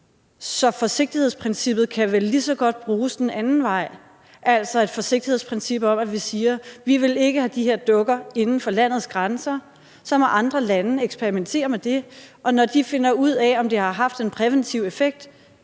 så forsigtighedsprincippet kan vel lige så godt bruges den anden vej, altså at man har et forsigtighedsprincip om, at vi siger: Vi vil ikke have de her dukker inden for landets grænser; så må andre lande eksperimentere med det, og når de finder ud af, om det har haft en præventiv effekt,